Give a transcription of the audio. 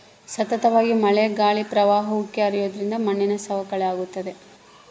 ಸತತವಾಗಿ ಮಳೆ ಗಾಳಿ ಪ್ರವಾಹ ಉಕ್ಕಿ ಹರಿಯೋದ್ರಿಂದ ಮಣ್ಣಿನ ಸವಕಳಿ ಆಗ್ತಾದ